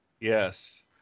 yes